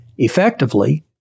Effectively